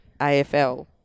afl